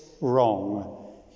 wrong